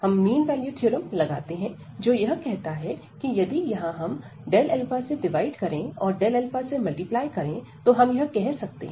हम mean value theorem लगाते हैं जो यह कहता है कि यदि यहां हम से डिवाइड करें और से मल्टीप्लाई करें तो हम यह कर सकते हैं